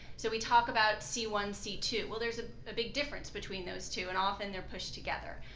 so we talk about c one, c two, well, there's a big difference between those two and often they're pushed together.